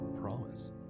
promise